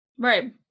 Right